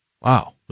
Wow